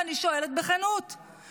ואני שואלת בכנות,